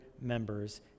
members